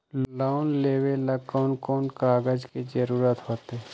Loan लेवेला कौन कौन कागज के जरूरत होतई?